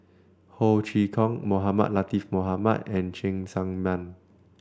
Ho Chee Kong Mohamed Latiff Mohamed and Cheng Tsang Man